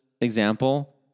example